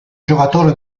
giocatore